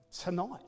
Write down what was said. Tonight